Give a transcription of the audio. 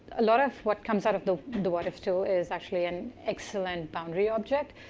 a lot of what comes out of the and what if tool is actually an excellent boundary object,